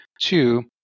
Two